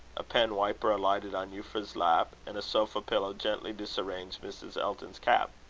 a pen-wiper alighted on euphra's lap, and a sofa-pillow gently disarranged mrs. elton's cap.